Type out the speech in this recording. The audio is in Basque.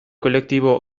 kolektibo